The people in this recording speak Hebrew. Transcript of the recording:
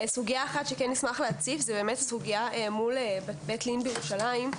סוגיה אחת שנשמח להציף זו הסוגיה מול בית לין בירושלים.